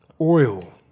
Oil